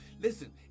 Listen